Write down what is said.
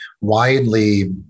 widely